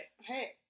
Hey